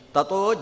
Tato